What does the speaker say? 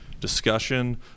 discussion